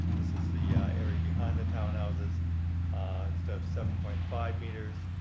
this is the area behind the townhouses instead of seven point five meters.